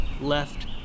left